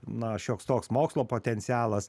na šioks toks mokslo potencialas